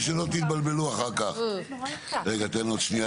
לכל המאוחר עד 12:00. יש דיון נוסף ב-12:30.